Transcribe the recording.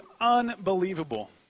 unbelievable